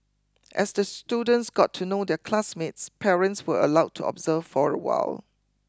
as the students got to know their classmates parents were allowed to observe for a while